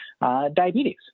diabetes